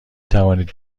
توانید